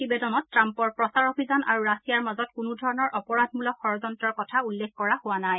প্ৰতিবেদনত টাম্পৰ প্ৰচাৰ অভিযান আৰু ৰাছিয়াৰ মাজত কোনো ধৰণৰ অপৰাধমূলক ষড়যন্ত্ৰৰ কথা উল্লেখ কৰা হোৱা নাই